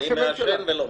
לא,